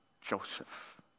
Joseph